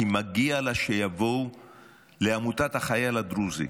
כי מגיע לה שיבואו לעמותת החייל הדרוזי,